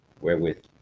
wherewith